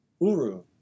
Uru